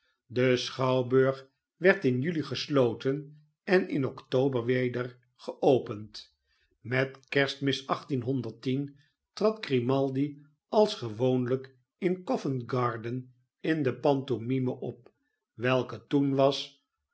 de schouwburg werd in juli gesloten en in october weder geopend met kerstmis trad grimaldi als gewoonlijk in co vent garden in de pantomime op welke toen was